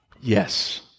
Yes